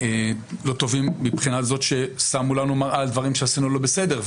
לא טובים מבחינה זאת ששמנו לנו מראה על דברים שעשינו לא בסדר,